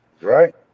Right